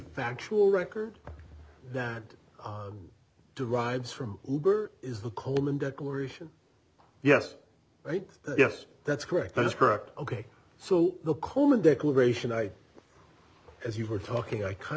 factual record that derives from is the coleman declaration yes right yes that's correct that's correct ok so the coleman declaration i as you were talking i kind